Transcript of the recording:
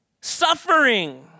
Suffering